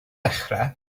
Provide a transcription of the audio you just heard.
dechrau